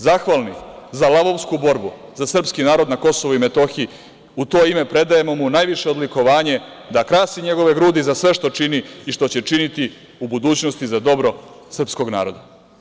Zahvalni za lavovsku borbu, za srpski narod na KiM, u to ime predajemo mu najviše odlikovanje da krasi njegove grudi za sve što čini i što će činiti u budućnosti za dobro srpskog naroda.